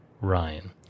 Ryan